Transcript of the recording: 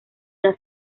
una